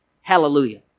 Hallelujah